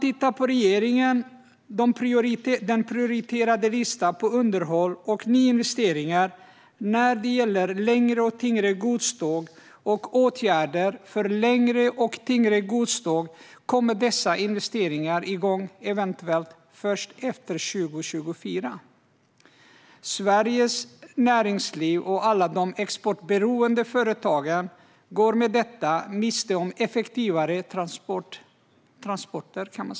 I regeringens prioriterade lista över underhåll och nyinvesteringar när det gäller längre och tyngre godståg och åtgärder för längre och tyngre godståg kommer dessa investeringar igång - eventuellt - först efter 2024. Sveriges näringsliv och alla de exportberoende företagen går med detta miste om effektivare godstransporter.